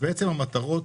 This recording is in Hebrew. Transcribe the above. המטרות